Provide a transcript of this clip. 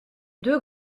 deux